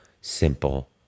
simple